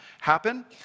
happen